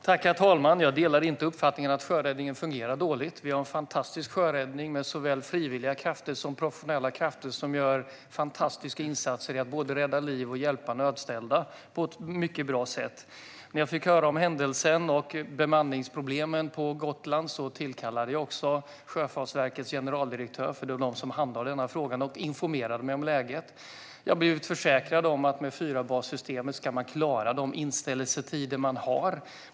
Herr talman! Jag delar inte uppfattningen att sjöräddningen fungerar dåligt. Vi har en fantastisk sjöräddning med såväl frivilliga som professionella krafter som gör otroliga insatser för att både rädda och hjälpa nödställda på ett mycket bra sätt. När jag fick höra om händelsen och bemanningsproblemen på Gotland tillkallade jag Sjöfartsverkets generaldirektör, för det är de som handhar denna fråga. Jag informerade mig om läget, och jag har blivit försäkrad om att man med fyrabassystemet ska klara de inställelsetider man har.